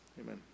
amen